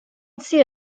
see